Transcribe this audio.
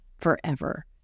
forever